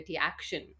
action